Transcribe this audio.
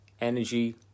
energy